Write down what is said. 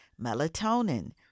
melatonin